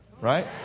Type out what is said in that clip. right